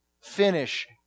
finish